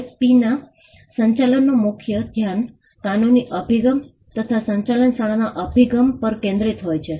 આઇપીના સંચાલનનું મુખ્ય ધ્યાન કાનૂની અભિગમ તથા સંચાલન શાળાના અભિગમ પર કેન્દ્રિત હોય છે